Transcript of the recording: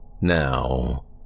Now